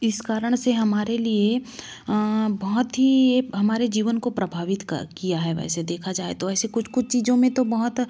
इस कारण से हमारे लिए बहुत ही ये हमारे जीवन को प्रभावित किया है वैसे देखा जाए तो ऐसे कुछ कुछ चीज़ों में तो बहुत